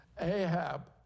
Ahab